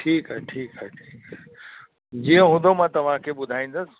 ठीकु आहे ठीकु आहे ठीकु आहे जीअं हूंदो मां तव्हांखे ॿुधाईंदुसि